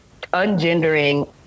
ungendering